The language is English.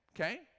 Okay